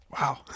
Wow